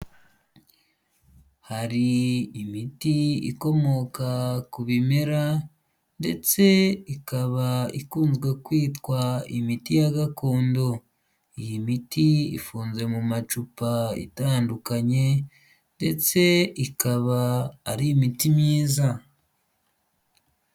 Hari imiti ikomoka ku bimera ndetse ikaba ikunzwe kwitwa imiti ya gakondo. Iyi miti ifunze mu macupa itandukanye ndetse ikaba ari imiti myiza.